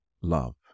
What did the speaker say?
love